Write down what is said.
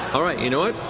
all right, you know what?